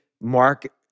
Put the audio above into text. mark